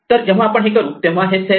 तर जेव्हा आपण हे करू तेव्हा हे सेल्फ